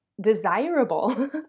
desirable